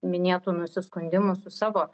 minėtų nusiskundimų su savo